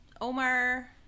Omar